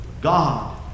God